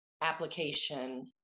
application